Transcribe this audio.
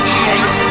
Terrace